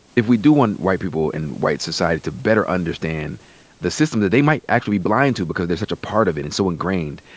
if we do want white people and white society to better understand the system that they might actually be blind to because they're such a part of it and so ingrained,